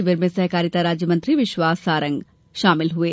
शिविर में सहकारिता राज्य मंत्री विश्वास सारंग शामिल हुये